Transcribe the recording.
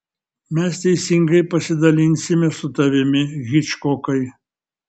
mes teisingai pasidalinsime su tavimi hičkokai